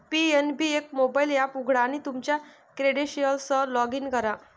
PNB एक mobile app उघडा आणि तुमच्या क्रेडेन्शियल्ससह लॉग इन करा